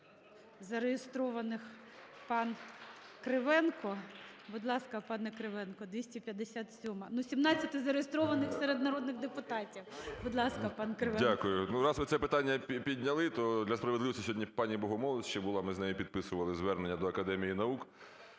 зареєстрованих, пан Кривенко. Будь ласка, пане Кривенко, 257-а. Ну, із сімнадцяти зареєстрованих серед народних депутатів. Будь ласка, пан Кривенко. 14:03:25 КРИВЕНКО В.М. Дякую. Ну, раз ви це питання підняли, то для справедливості сьогодні пані Богомолець ще була, ми з нею підписували звернення до Академії наук.